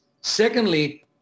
Secondly